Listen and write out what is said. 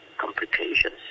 complications